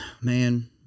Man